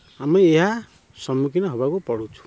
ଆମେ ଏହା ସମ୍ମୁଖିନ ହବାକୁ ପଡ଼ୁଛୁ